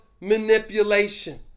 manipulation